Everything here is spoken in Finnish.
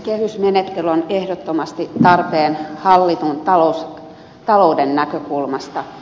kehysmenettely on ehdottomasti tarpeen hallitun talouden näkökulmasta